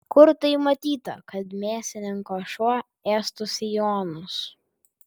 kur tai matyta kad mėsininko šuo ėstų sijonus